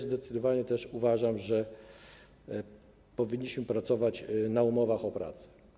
Zdecydowanie też uważam, że powinniśmy pracować na umowach o pracę.